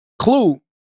Clue